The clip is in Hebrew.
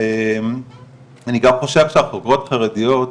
ואני גם חושב שהחוקרות חרדיות,